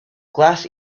glass